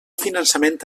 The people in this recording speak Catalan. finançament